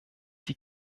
die